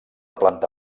planta